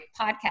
podcast